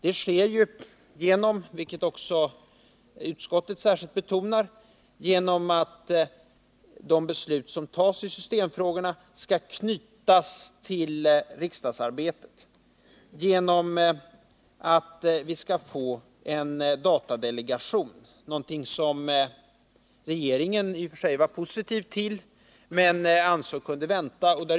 Det sker, vilket också utskottet särskilt betonar, genom att de beslut som tas i systemfrågorna skall knytas till riksdagsarbetet. Vi skall få en datadelegation, vilket regeringen i och för sig var positiv till men ansåg kunde vänta.